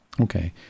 Okay